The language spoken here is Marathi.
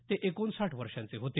ते एकोणसाठ वर्षांचे होते